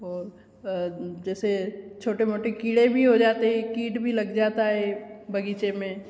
और जैसे छोटे मोटे कीड़े भी हो जाते हैं कीट भी लग जाता है बगीचे में